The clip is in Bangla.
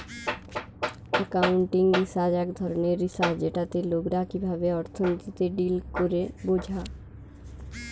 একাউন্টিং রিসার্চ এক ধরণের রিসার্চ যেটাতে লোকরা কিভাবে অর্থনীতিতে ডিল করে বোঝা